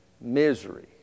misery